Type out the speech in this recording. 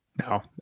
No